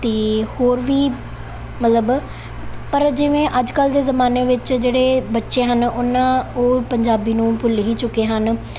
ਅਤੇ ਹੋਰ ਵੀ ਮਤਲਬ ਪਰ ਜਿਵੇਂ ਅੱਜ ਕੱਲ੍ਹ ਦੇ ਜ਼ਮਾਨੇ ਵਿੱਚ ਜਿਹੜੇ ਬੱਚੇ ਹਨ ਉਹਨਾਂ ਉਹ ਪੰਜਾਬੀ ਨੂੰ ਭੁੱਲ ਹੀ ਚੁੱਕੇ ਹਨ